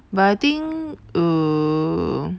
but I think err